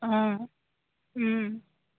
অঁ